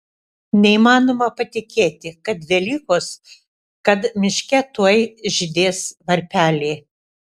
neįmanoma patikėti kad velykos kad miške tuoj žydės varpeliai